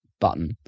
button